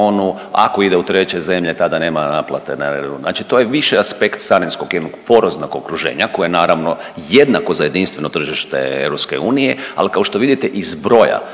ako ide u treće zemlje tada nema neplate … Znači to je više aspekt carinskog jednog poroznog okruženja koje naravno jednako za jedinstveno tržište EU, ali kao što vidite iz broja